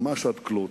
ממש עד כלות,